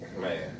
man